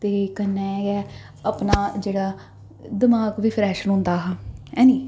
ते कन्नै गै अपना जेह्ड़ा दमाक बी फ्रैश रौंह्दा हा है नी